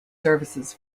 services